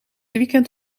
weekend